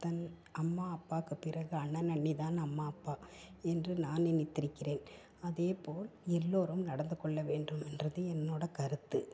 தன் அம்மா அப்பாக்கு பிறகு அண்ணன் அண்ணி தான் நம்ம அப்பா என்று நான் நினைத்திருக்கிறேன் அதேபோல் எல்லோரும் நடந்துக்கொள்ள வேண்டும் என்பது என்னோட கருத்து